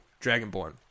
dragonborn